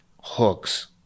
hooks